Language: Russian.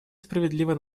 справедливо